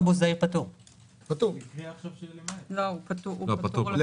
שם פיילוט,